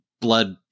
blood